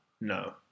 No